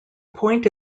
point